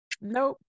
nope